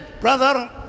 Brother